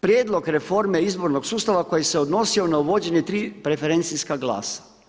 prijedlog reforme izbornog sustava koji se odnosio na uvođenje tri preferencijska glasa.